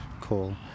cool